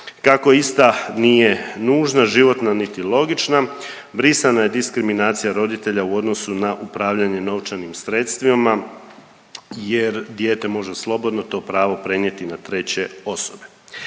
Kako ista nije nužna životna niti logična brisana je diskriminacija roditelja u odnosu na upravljanje novčanim sredstvima jer dijete može slobodno to pravo prenijeti na treće osobe.